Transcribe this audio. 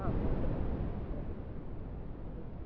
ആ പോത്ത് ആ അതെ